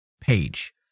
page